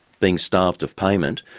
being starved of payment,